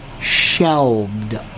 shelved